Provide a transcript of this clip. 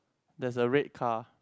there's a red car